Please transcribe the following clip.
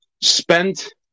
spent